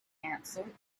answered